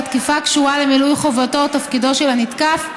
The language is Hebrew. והתקיפה קשורה למילוי חובתו או תפקידו של הנתקף,